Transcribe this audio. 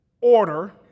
order